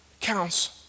counts